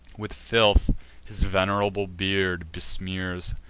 with filth his venerable beard besmears,